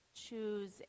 choose